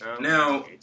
Now